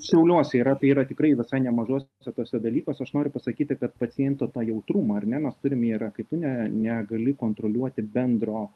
šiauliuose yra tai yra tikrai visai nemažuose tuose dalykuose aš noriu pasakyti kad paciento tą jautrumą ar ne mes turim jį yra kai tu ne negali kontroliuoti bendro